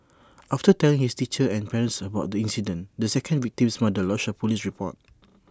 after telling his teacher and parents about the incident the second victim's mother lodged A Police report